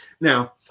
Now